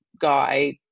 guy